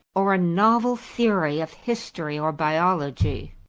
or a novel theory of history or biology.